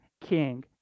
king